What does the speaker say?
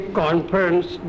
conference